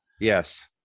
Yes